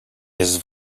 jest